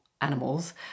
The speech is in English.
animals